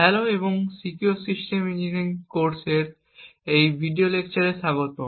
hello এবং secure system engineering কোর্সের এই ভিডিও লেকচারে স্বাগতম